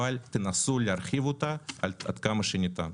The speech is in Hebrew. אבל תנסו להרחיב אותה עד כמה שניתן.